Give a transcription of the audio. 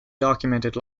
documented